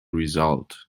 result